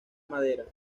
madera